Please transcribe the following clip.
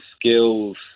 skills